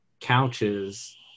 couches